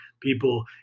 people